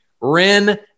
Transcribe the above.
Ren